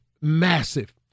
massive